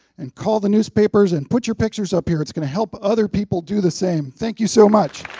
and call the newspapers, and put your pictures up here. it's going to help other people do the same. thank you so much.